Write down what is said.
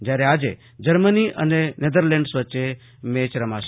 જયારે આજે જર્મની અને નેધરલેંડ વચ્ચે મેચ રમાશે